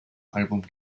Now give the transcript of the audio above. album